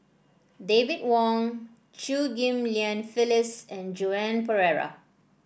David Wong Chew Ghim Lian Phyllis and Joan Pereira